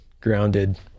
grounded